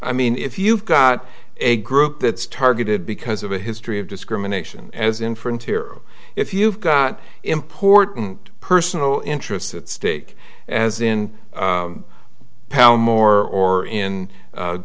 i mean if you've got a group that's targeted because of a history of discrimination as in for interior if you've got important personal interests at stake as in palmore or in